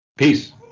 Peace